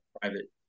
private